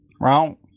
Wrong